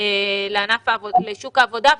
לשוק העבודה.